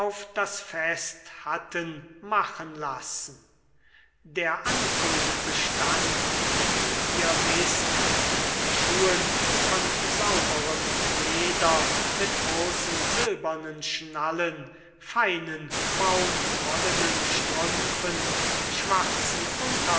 das fest hatten machen lassen der anzug bestand wie ihr wißt in schuhen von sauberem leder mit großen silbernen schnallen feinen baumwollenen strümpfen schwarzen